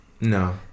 no